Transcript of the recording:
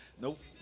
Nope